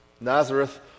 Nazareth